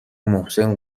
محسن